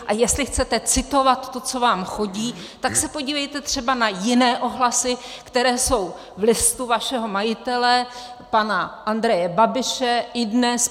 A jestli chcete citovat to, co vám chodí, tak se podívejte třeba na jiné ohlasy, které jsou v listu vašeho majitele pana Andreje Babiše iDNES.